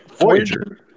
Voyager